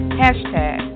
hashtag